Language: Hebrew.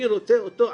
אני רוצה אותו עכשיו,